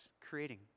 creating